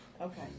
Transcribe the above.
Okay